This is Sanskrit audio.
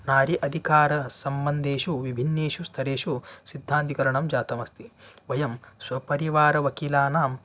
नारि अधिकारसम्बन्धेषु विभिन्नेषु स्तरेषु सिद्धान्तिकरणं जातमस्ति वयं स्वपरिवार वकीलानाम्